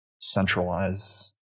centralize